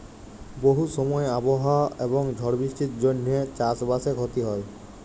বহু সময় আবহাওয়া এবং ঝড় বৃষ্টির জনহে চাস বাসে ক্ষতি হয়